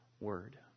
word